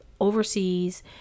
overseas